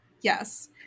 Yes